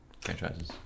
franchises